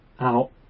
out